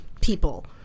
people